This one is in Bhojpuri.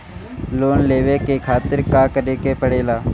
लोन लेवे के खातिर का करे के पड़ेला?